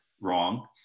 wrong